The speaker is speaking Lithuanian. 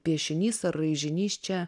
piešinys ar raižinys čia